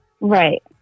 right